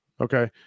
Okay